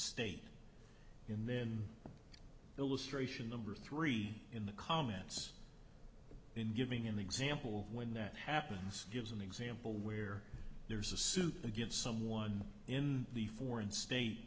state in then illustration number three in the comments in giving in the example when that happens gives an example where there's a suit against someone in the foreign state